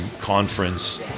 conference